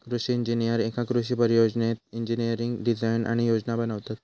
कृषि इंजिनीयर एका कृषि परियोजनेत इंजिनियरिंग डिझाईन आणि योजना बनवतत